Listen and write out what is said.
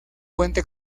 puente